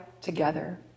Together